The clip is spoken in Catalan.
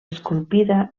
esculpida